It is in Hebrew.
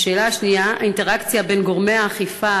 2. האינטראקציה בין גורמי האכיפה,